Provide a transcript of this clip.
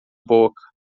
boca